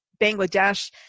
Bangladesh